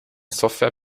software